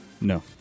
No